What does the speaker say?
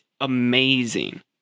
amazing